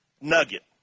Nugget